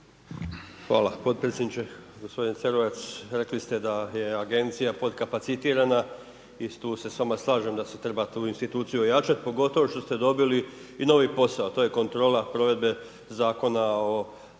Hvala potpredsjedniče, gospodine Cerovac, rekli ste da je Agencija potkapacitirana, i tu se s vama slažem da se tu instituciju treba ojačati, pogotovo što ste dobili i novi posao. To je kontrola provedbe Zakona o